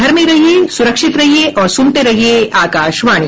घर में रहिये सुरक्षित रहिये और सुनते रहिये आकाशवाणी